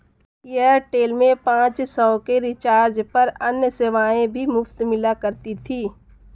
Airtel में पाँच सौ के रिचार्ज पर अन्य सेवाएं भी मुफ़्त मिला करती थी